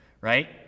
right